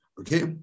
Okay